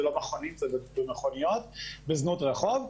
אלו לא מכונים, אלו מכוניות בזנות רחוב.